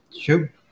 Sure